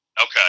Okay